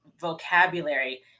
vocabulary